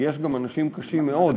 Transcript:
יש גם אנשים קשים מאוד,